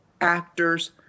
actors